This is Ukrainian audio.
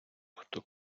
хто